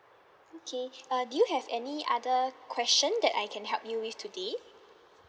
okay uh do you have any other question that I can help you with today